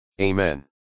Amen